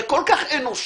זה כל כך אנושי.